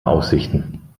aussichten